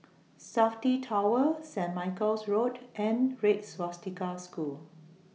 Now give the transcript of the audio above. Safti Tower Saint Michael's Road and Red Swastika School